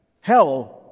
Hell